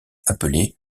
appelé